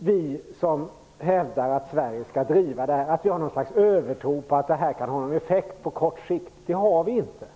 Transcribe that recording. Vi som hävdar att Sverige skall driva detta har inte någon övertro på att det kan ha effekt på kort sikt. Det har vi inte.